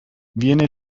viene